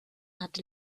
had